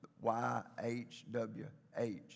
Y-H-W-H